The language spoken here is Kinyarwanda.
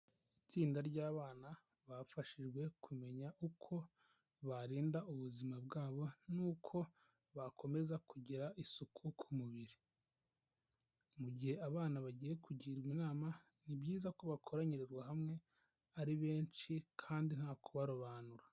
Itsinda ry'abana bafashijwe kumenya uko barinda ubuzima bwabo n'uko bakomeza kugira isuku ku mubiri, mu gihe abana bagiye kugirwa inama ni byiza ko bakoranyirizwa hamwe ari benshi kandi nta kubarobanura.